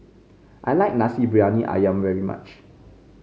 I like Nasi Briyani ayam very much